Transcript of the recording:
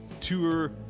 tour